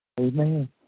Amen